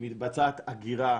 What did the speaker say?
שמבצעת אגירה